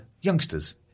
youngsters